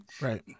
right